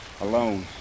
alone